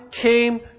came